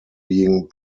being